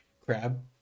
crab